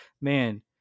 man